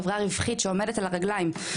חברה רווחית שעומדת על הרגליים.